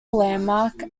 landmark